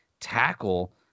tackle